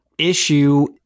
issue